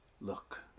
Look